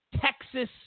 Texas